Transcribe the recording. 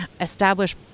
establish